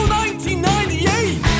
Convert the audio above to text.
1998